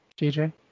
DJ